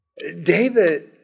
David